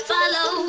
Follow